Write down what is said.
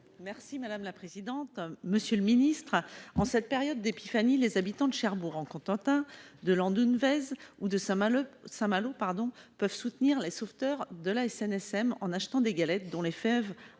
secrétaire d'État, mes chers collègues, en cette période d'épiphanie, les habitants de Cherbourg-en-Cotentin, de Landunvez ou de Saint-Malo peuvent soutenir les sauveteurs de la SNSM en achetant des galettes dont les fèves